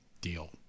Deal